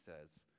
says